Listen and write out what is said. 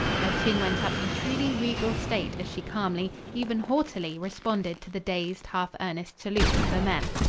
her chin went up in truly regal state as she calmly, even haughtily, responded to the dazed, half-earnest salutes of the men.